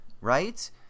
right